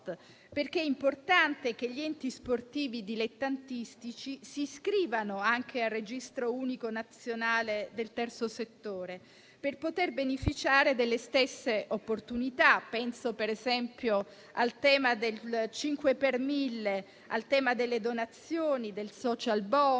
sport. È importante che gli enti sportivi dilettantistici si iscrivano anche al Registro unico nazionale del Terzo settore per poter beneficiare delle stesse opportunità. Penso, ad esempio, al tema del cinque per mille, al tema delle donazioni, del *social bonus*,